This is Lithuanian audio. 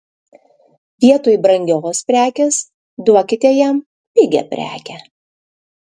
vietoj brangios prekės duokite jam pigią prekę